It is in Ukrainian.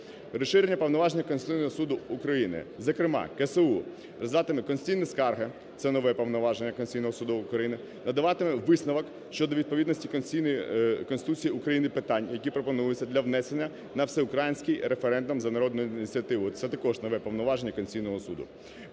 Розширення повноважень Конституційного Суду України, зокрема КСУ розглядатиме конституційні скарги (це нове повноваження Конституційного Суду України), надаватиме висновок щодо відповідності Конституції України питань, які пропонуються для внесення на всеукраїнський референдум за народною ініціативою (це також нове повноваження Конституційного Суду).